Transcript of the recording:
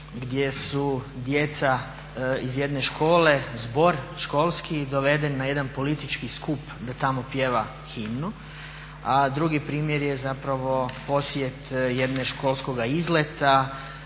gdje su djeca iz jedne škole, zbor školski doveden na jedan politički skup da tamo pjeva himnu. A drugi primjer je zapravo posjet jednog školskog izleta